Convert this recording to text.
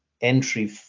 entry